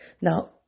Now